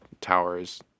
Towers